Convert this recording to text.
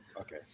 Okay